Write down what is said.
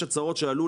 יש הצעות שעלו,